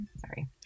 sorry